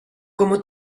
como